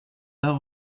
der